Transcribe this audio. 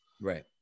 Right